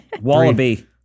Wallaby